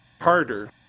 harder